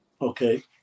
Okay